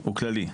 הוא כללי.